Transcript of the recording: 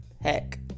heck